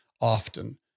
often